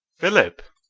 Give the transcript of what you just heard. philip!